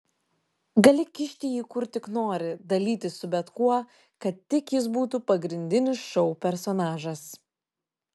gali kišti jį kur tik nori dalytis su bet kuo kad tik jis būtų pagrindinis šou personažas